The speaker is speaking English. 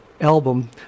album